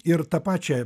ir tą pačią